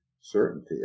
certainty